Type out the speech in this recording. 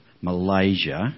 Malaysia